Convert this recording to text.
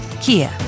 Kia